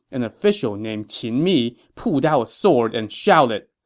an official named qin mi pulled out a sword and shouted,